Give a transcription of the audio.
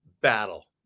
Battle